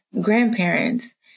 grandparents